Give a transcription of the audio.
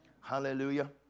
Hallelujah